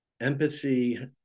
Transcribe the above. empathy